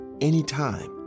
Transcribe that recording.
Anytime